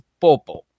Popo